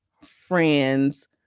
friends